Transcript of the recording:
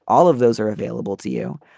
all of those are available to you.